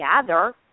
gather